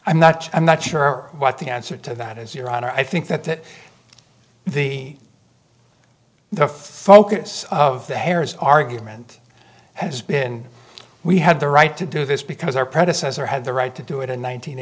i'm not i'm not sure what the answer to that is your honor i think that the the focus of the harris argument has been we had the right to do this because our predecessor had the right to do it in